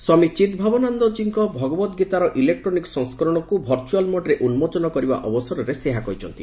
ସ୍ୱାମୀ ଚିଦ୍ଭାବନାନନ୍ଦଜୀଙ୍କ ଭଗବତ ଗୀତାର ଇଲେକ୍ରୋନିକ୍ ସଂସ୍କରଣକୁ ଭର୍ଚ୍ଚୁଆଲ୍ ମୋଡ୍ରେ ଉନ୍ଜୋଚନ କରିବା ଅବସରରେ ସେ ଏହା କହିଛନ୍ତି